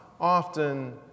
often